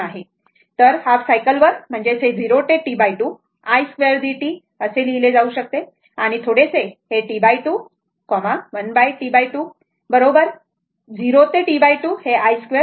तर half cycle वर याचा अर्थ हे 0 ते T2 i 2 d t असे लिहिले जाऊ शकते आणि थोडेसे हे T2 1T2 बरोबर 0 ते T2 i2 d t आहे बरोबर